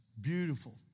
beautiful